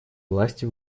власти